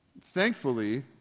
Thankfully